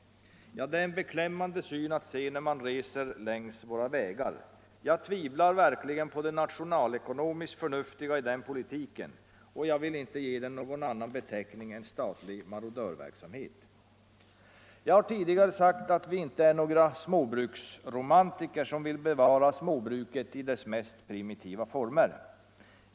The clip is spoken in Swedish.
Ja, det är en beklämmande syn man möter när man reser längs våra vägar. Jag tvivlar verkligen på det nationalekonomiskt förnuftiga i den politiken och vill inte ge den någon annan beteckning än statlig marodörverksamhet. Jag har tidigare sagt att vi inte är några småbruksromantiker som vill bevara småbruket i dess mest primitiva former.